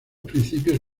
principios